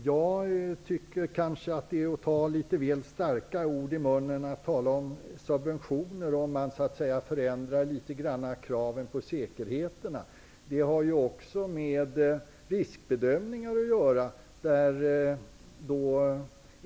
Herr talman! Jag tycker att det är att ta litet väl starka ord i munnen när man talar om subventioner vid en liten förändring av kraven på säkerheterna. Det här har också med riskbedömningar att göra.